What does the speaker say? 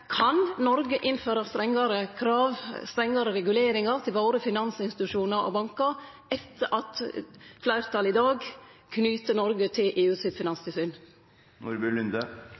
Kan Noreg innføre strengare krav og strengare reguleringar til finansinstitusjonane og bankane våre etter at fleirtalet i dag knyter Noreg til EUs finanstilsyn?